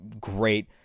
great